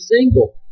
single